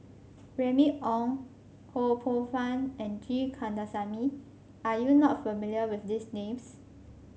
Remy Ong Ho Poh Fun and G Kandasamy are you not familiar with these names